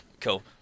Cool